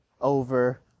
over